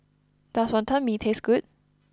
does Wonton Mee taste good